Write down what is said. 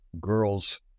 girls